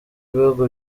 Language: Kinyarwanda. ibihugu